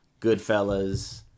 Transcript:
Goodfellas